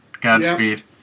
Godspeed